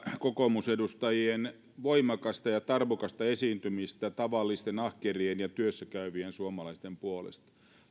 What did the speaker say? kokoomusedustajien voimakasta ja tarmokasta esiintymistä tavallisten ahkerien ja työssäkäyvien suomalaisten puolesta